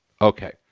Okay